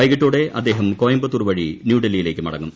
വൈകിട്ടോടെ അദ്ദേഹം കോയമ്പത്തൂർ വഴി ന്യൂഡൽഹിയിലേക്ക് മടങ്ങും